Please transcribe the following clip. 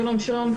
שלום.